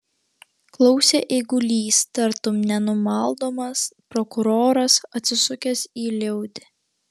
klausė eigulys tartum nenumaldomas prokuroras atsisukęs į liaudį